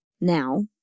Now